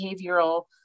behavioral